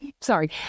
sorry